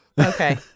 Okay